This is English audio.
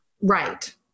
Right